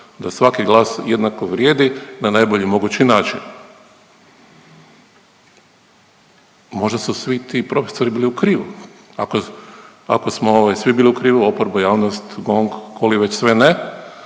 da svaki glas jednako vrijedi na najbolji mogući način. Možda su svi ti profesori bili u krivu ako, ako smo ovaj svi bili u krivu oporba, javnost, GONG koli već sve ne